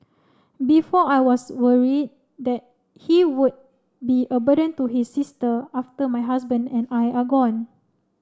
before I was worried that he would be a burden to his sister after my husband and I are gone